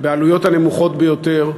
בעלויות הנמוכות ביותר,